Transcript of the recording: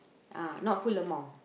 ah not full amount